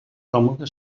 còmode